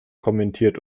kommentiert